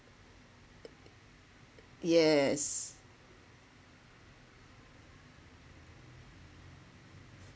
yes